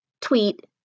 tweet